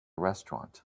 restaurant